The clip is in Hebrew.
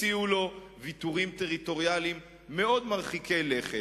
הציעו לו ויתורים טריטוריאליים מאוד מרחיקי לכת.